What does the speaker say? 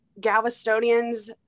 galvestonians